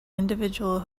individual